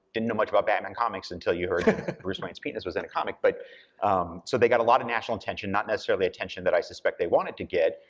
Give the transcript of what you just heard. didn't know much about batman comics until you heard that bruce wayne's penis was in a comic. but so they got a lot of national attention, not necessarily attention that i suspect they wanted to get,